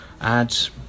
ads